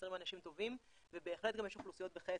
חסרים אנשים טובים ובהחלט יש גם אוכלוסיות בחסר.